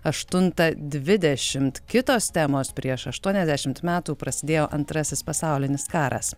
aštuntą dvidešimt kitos temos prieš aštuoniasdešimt metų prasidėjo antrasis pasaulinis karas